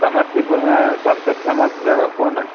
समस्तीपुरमे सबसे फेमस जगह कोन है